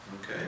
Okay